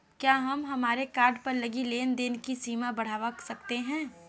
क्या हम हमारे कार्ड पर लगी लेन देन की सीमा बढ़ावा सकते हैं?